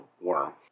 worm